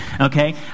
okay